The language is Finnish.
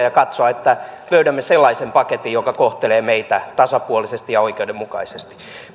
ja katsoa että löydämme sellaisen paketin joka kohtelee meitä tasapuolisesti ja oikeudenmukaisesti